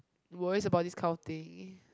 worries about this kind of thing